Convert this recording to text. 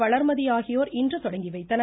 வளர்மதி ஆகியோர் இன்று தொடங்கி வைத்தனர்